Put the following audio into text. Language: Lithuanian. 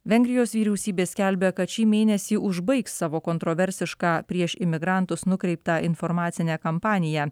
vengrijos vyriausybė skelbia kad šį mėnesį užbaigs savo kontroversišką prieš imigrantus nukreiptą informacinę kampaniją